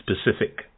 specific